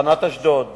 תחנת אשדוד